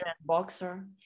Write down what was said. boxer